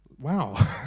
wow